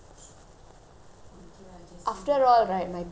after all right my pay is very little it's not great